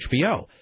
HBO